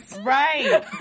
Right